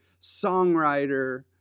songwriter